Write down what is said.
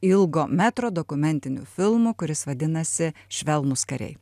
ilgo metro dokumentiniu filmu kuris vadinasi švelnūs kariai